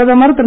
பிரதமர் திரு